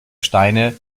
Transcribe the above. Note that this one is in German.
steine